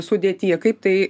sudėty kaip tai